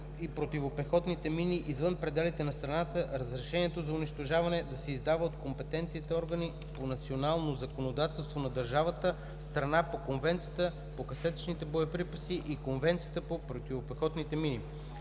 и противопехотни мини извън пределите на страната разрешението за унищожаване да се издава от компетентните органи по националното законодателство на държавата – страна по Конвенцията по касетъчните боеприпаси и Конвенцията за противопехотните мини.